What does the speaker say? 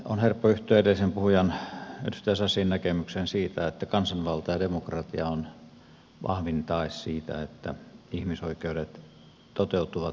on helppo yhtyä edellisen puhujan edustaja sasin näkemykseen siitä että kansanvalta ja demokratia ovat vahvin tae siitä että ihmisoikeudet toteutuvat